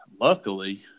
luckily